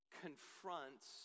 confronts